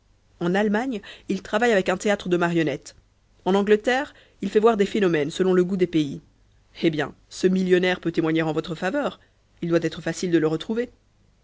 en allemagne il travaille avec un théâtre de marionnettes en angleterre il fait voir des phénomènes selon le goût des pays eh bien ce millionnaire peut témoigner en votre faveur il doit être facile de le retrouver